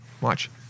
Watch